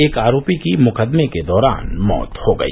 एक आरोपी की मुकदमे के दौरान मौत हो गई